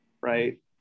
right